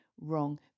wrong